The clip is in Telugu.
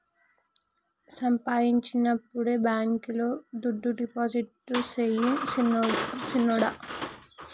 సంపాయించినప్పుడే బాంకీలో దుడ్డు డిపాజిట్టు సెయ్ సిన్నోడా